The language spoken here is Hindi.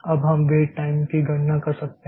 अब हम वेट टाइम की गणना कर सकते हैं